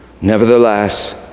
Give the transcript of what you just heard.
nevertheless